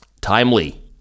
timely